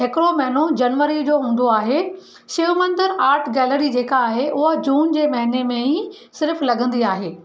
हिकिड़ो महीनो जनवरी जो हूंदो आहे शिव मंदिर आर्ट गैलरी जेका आहे उहा जून जे महीने मे ई सिर्फ़ लॻंदी आहे